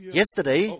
yesterday